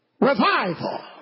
revival